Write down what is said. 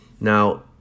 Now